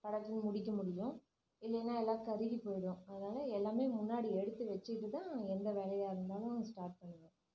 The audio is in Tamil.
படக்குன்னு முடிக்க முடியும் இல்லைன்னா எல்லாம் கருகி போகிடும் அதனால எல்லாம் முன்னாடி எடுத்து வச்சிக்கிட்டு தான் எந்த வேலையாக இருந்தாலும் ஸ்டார்ட் பண்ணணும்